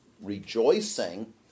rejoicing